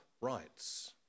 rights